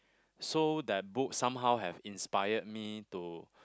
so that book somehow have inspired me to